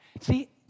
See